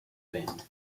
band